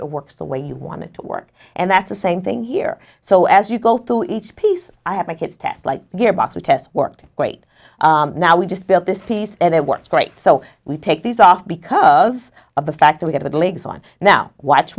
it works the way you want it to work and that's the same thing here so as you go through each piece i have my kids to like gearbox a test worked great now we just built this piece and it works great so we take these off because of the fact that we have the leagues on now watch